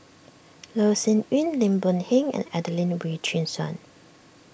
Loh Sin Yun Lim Boon Heng and Adelene Wee Chin Suan